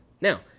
Now